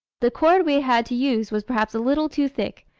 the cord we had to use was perhaps a little too thick,